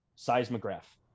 seismograph